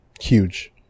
Huge